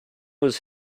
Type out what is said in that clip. was